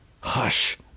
Hush